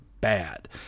bad